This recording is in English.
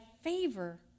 favor